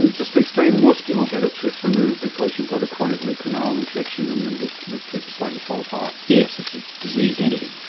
and just to explain, most people get a tooth removed because you've got a chronic root canal infection and and the the tooth is starting to fall apart. yes, it's a diseased entity,